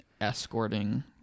escorting